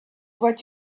what